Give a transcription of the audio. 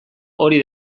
hori